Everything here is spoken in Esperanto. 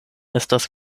estas